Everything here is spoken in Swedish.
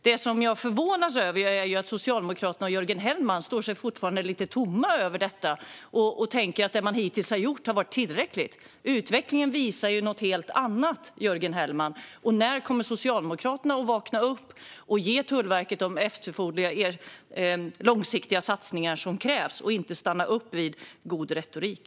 Det som jag förvånas över är att Socialdemokraterna och Jörgen Hellman fortfarande står lite tomma inför detta och tänker att det man hittills har gjort har varit tillräckligt. Utvecklingen visar något helt annat, Jörgen Hellman. När kommer Socialdemokraterna att vakna upp och ge Tullverket de långsiktiga satsningar som krävs och inte stanna vid god retorik?